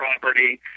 property